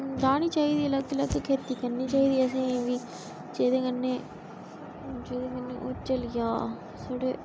राह्नी चाहिदी अलग अलग खेती करनी चाहिदी असें बी जेह्दे कन्नै जेह्दे कन्नै चली जा साढ़े